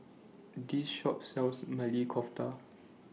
This Shop sells Maili Kofta